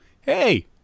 Hey